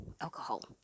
alcohol